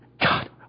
God